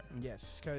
Yes